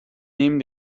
nehmen